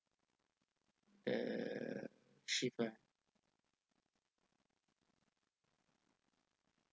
the shift uh